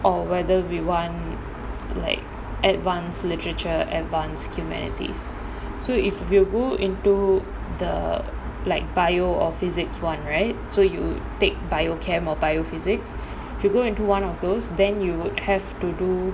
or whether we want like advanced literature advanced humanities so if you go into the like biology or physics [one] right so you take biology chemistry or biophysics if you go into one of those then you would have to do